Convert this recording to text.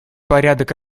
порядок